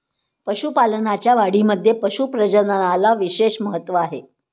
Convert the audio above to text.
पशुपालनाच्या वाढीमध्ये पशु प्रजननाला विशेष महत्त्व आहे